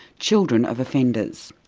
children of offenders.